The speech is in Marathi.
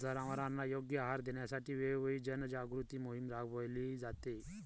जनावरांना योग्य आहार देण्यासाठी वेळोवेळी जनजागृती मोहीम राबविली जाते